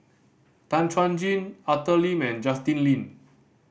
Tan Chuan Jin Arthur Lim and Justin Lean